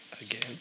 Again